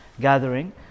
gathering